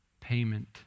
payment